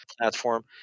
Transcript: platform